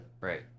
Right